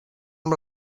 amb